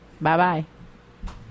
Bye-bye